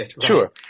Sure